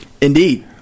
Indeed